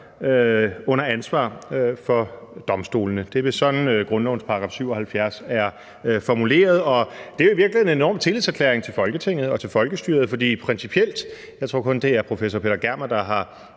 under ansvar for domstolene. Det er vist sådan, grundlovens § 77 er formuleret, og det er i virkeligheden en enorm tillidserklæring til Folketinget og til folkestyret, fordi principielt – jeg tror kun, det er professor Peter Germer, der har